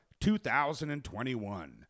2021